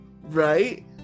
Right